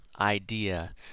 idea